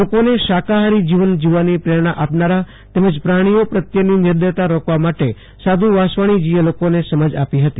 લોકોને શાકાહારી જીવન જીવવાની પ્રેરણા આપનારા તેમજ પ્રાણીઓ પ્રત્યેની નિર્દયતા રોકવા માટે સાધુ વાસવાણીજીએ લોકોને સમાજ આપી હતી